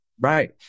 Right